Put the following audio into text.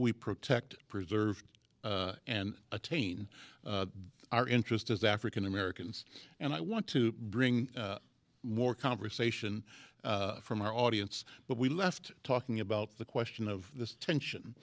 we protect preserve and attain our interest as african americans and i want to bring more conversation from our audience but we left talking about the question of the tension